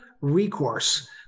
recourse